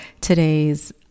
today's